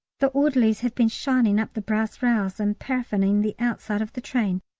the orderlies have been shining up the brass rails and paraffining the outside of the train,